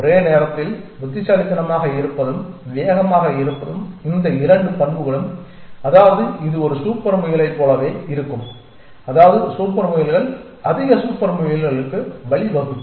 ஒரே நேரத்தில் புத்திசாலித்தனமாக இருப்பதும் வேகமாக இருப்பதும் இந்த இரண்டு பண்புகளும் அதாவது இது ஒரு சூப்பர் முயலைப் போலவே இருக்கும் அதாவது சூப்பர் முயல்கள் அதிக சூப்பர் முயல்களுக்கு வழிவகுக்கும்